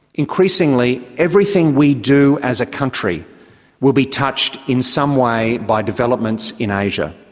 increasingly, everything we do as a country will be touched in some way by developments in asia.